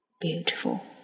Beautiful